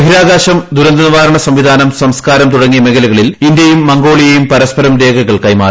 ബഹിരാകാശം ദുരന്തനിവാരണ സംവിധാനം സംസ്ക്കാരം തുടങ്ങിയ മേഖലകളിൽ ഇന്ത്യയും മംഗോളിയയും പരസ്പരം രേഖകൾ കൈമാറി